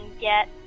get